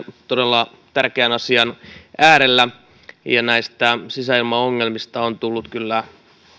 todella tärkeän asian äärellä ja näistä sisäilmaongelmista on tullut kyllä